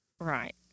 Right